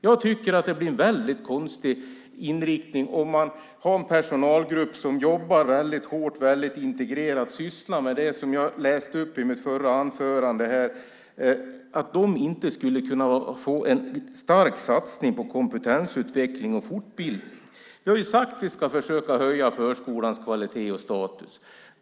Jag tycker att det blir en väldigt konstig inriktning om en personalgrupp som jobbar väldigt hårt, väldigt integrerat och sysslar med det som jag läste upp i mitt förra inlägg inte skulle kunna få en stark satsning på kompetensutveckling och fortbildning. Vi har ju sagt att vi ska försöka höja förskolans kvalitet och status.